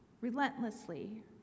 relentlessly